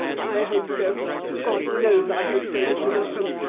i hope so god knows i hope so, mr. narkom,